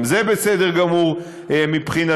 גם זה בסדר גמור מבחינתנו.